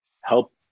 help